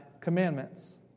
commandments